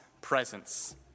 presence